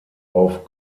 auf